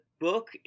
book